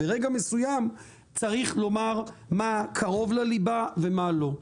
ברגע מסוים, צריך לומר מה קרוב לליבה ומה לא.